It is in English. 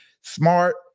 smart